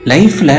Life